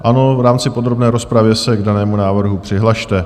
Ano, v rámci podrobné rozpravy se k danému návrhu přihlaste.